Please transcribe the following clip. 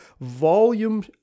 volume